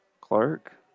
Clark